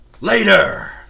Later